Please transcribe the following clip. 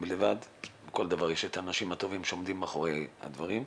לבד אלא בכל דבר יש את האנשים הטובים שעומדים מאחורי הדברים.